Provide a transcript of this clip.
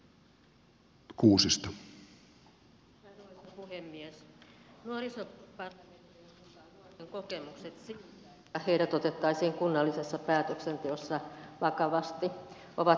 nuorisobarometrin mukaan nuorten kokemukset siitä että heidät otettaisiin kunnallisessa päätöksenteossa vakavasti ovat hyvin heikot